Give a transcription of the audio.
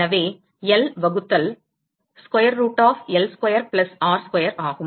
எனவே L வகுத்தல் square root of வர்க்கமூலம் L square plus r square ஆகும்